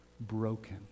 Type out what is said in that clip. broken